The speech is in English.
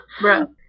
bro